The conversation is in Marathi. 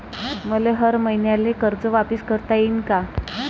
मले हर मईन्याले कर्ज वापिस करता येईन का?